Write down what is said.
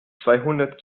zweihundert